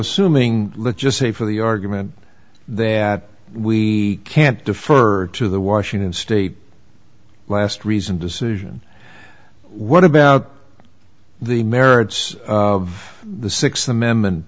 assuming let's just say for the argument that we can't defer to the washington state last reasoned decision what about the merits of the th amendment